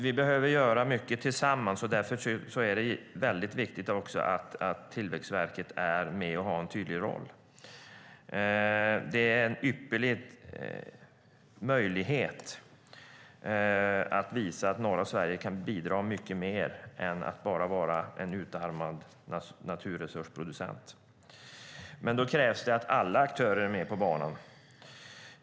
Vi behöver göra mycket tillsammans. Därför är det väldigt viktigt att Tillväxtverket är med och har en tydlig roll. Det är en ypperlig möjlighet att visa att norra Sverige kan bidra med mycket mer än att bara vara en utarmad naturresursproducent, men då krävs det att alla aktörer är på banan.